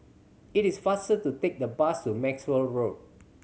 it is faster to take the bus to Maxwell Road